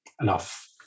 enough